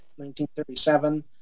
1937